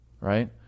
right